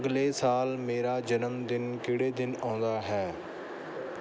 ਅਗਲੇ ਸਾਲ ਮੇਰਾ ਜਨਮ ਦਿਨ ਕਿਹੜੇ ਦਿਨ ਆਉਂਦਾ ਹੈ